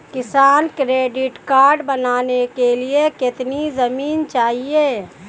किसान credit card बनाने के लिए कितनी जमीन चाहिए?